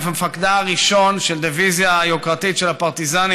למפקדה הראשון של הדיביזיה היוקרתית של הפרטיזנים,